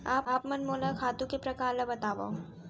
आप मन मोला खातू के प्रकार ल बतावव?